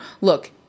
look